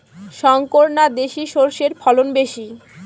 শংকর না দেশি সরষের ফলন বেশী?